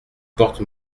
porte